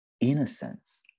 Innocence